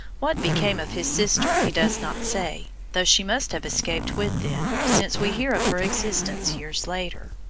what became of his sister he does not say, though she must have escaped with them, since we hear of her existence years later.